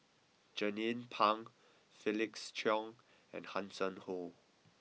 Jernnine Pang Felix Cheong and Hanson Ho